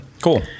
Cool